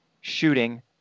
shooting